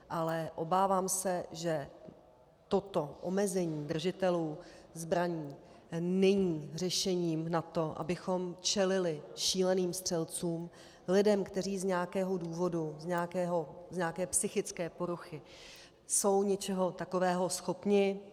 Ale obávám se, že toto omezení držitelů zbraní není řešením na to, abychom čelili šíleným střelcům, lidem, kteří z nějakého důvodu, z nějaké psychické poruchy jsou něčeho takového schopni.